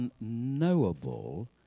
unknowable